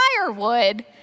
firewood